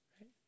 right